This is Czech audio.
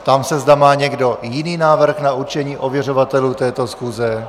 Ptám se, zda má někdo jiný návrh na určení ověřovatelů této schůze.